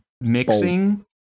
mixing